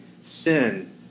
sin